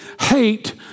hate